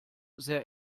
sehr